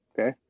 okay